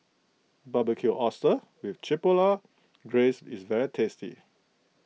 Barbecued Oysters with Chipotle Glaze is very tasty